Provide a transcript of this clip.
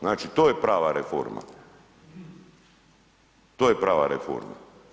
Znači to je prava reforma, to je prava reforma.